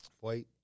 white